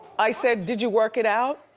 i said, did you work it out?